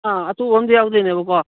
ꯑꯥ ꯑꯇꯨꯕ ꯑꯃꯁꯨ ꯌꯥꯎꯒꯗꯣꯏꯅꯦꯕꯀꯣ